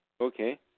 Okay